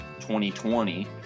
2020